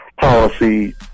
policy